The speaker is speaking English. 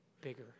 bigger